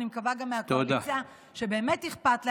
ואני מקווה שגם אלה מהקואליציה שבאמת אכפת להם,